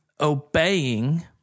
obeying